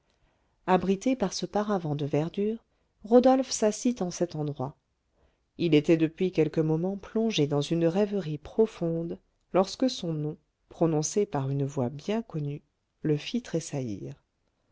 abrité par ce paravent de verdure rodolphe s'assit en cet endroit il était depuis quelques moments plongés dans une rêverie profonde lorsque son nom prononcé par une voix bien connue le fit